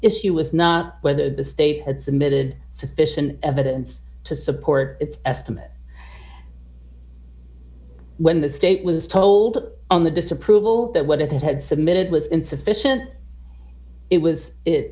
issue was not whether the state had submitted sufficient evidence to support its estimate when the state was told on the disapproval that what it had submitted was insufficient it was it